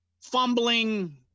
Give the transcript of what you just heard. Fumbling